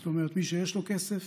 זאת אומרת, מי שיש לו כסף